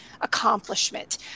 accomplishment